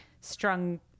strung